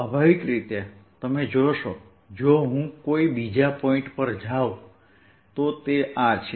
સ્વાભાવિક રીતે તમે જોશો જો હું કોઈ બીજા પોઇન્ટ પર જાઉં તો તે આ છે